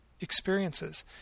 experiences